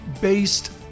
based